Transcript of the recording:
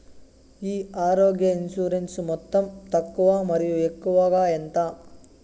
ఈ ఆరోగ్య ఇన్సూరెన్సు మొత్తం తక్కువ మరియు ఎక్కువగా ఎంత?